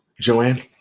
Joanne